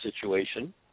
situation